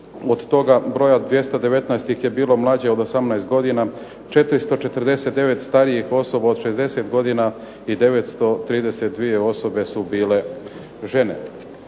od toga broja 219 je bilo mlađe od 18 godina, 449 starijih osoba od 60 godina i 932 osobe su bile žene.